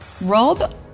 Rob